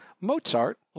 Mozart